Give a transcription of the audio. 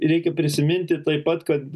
reikia prisiminti taip pat kad